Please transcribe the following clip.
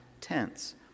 tense